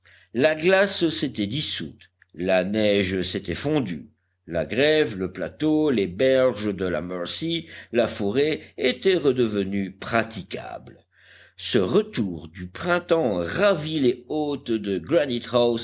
la glace s'était dissoute la neige s'était fondue la grève le plateau les berges de la mercy la forêt étaient redevenus praticables ce retour du printemps ravit les hôtes de